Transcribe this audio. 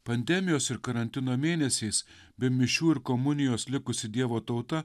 pandemijos ir karantino mėnesiais be mišių ir komunijos likusi dievo tauta